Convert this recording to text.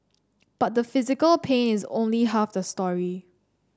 but the physical pain is only half the story